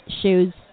shoes